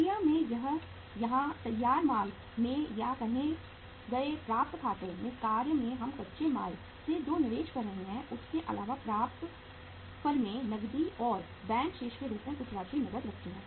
प्रक्रिया में या तैयार माल में या कहे गए प्राप्त खातों में कार्यों में हम कच्चे माल से जो निवेश कर रहे हैं उसके अलावा प्राप्त फर्में नकदी और बैंक शेष के रूप में कुछ राशि नकद रखती हैं